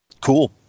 cool